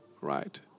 right